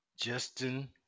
Justin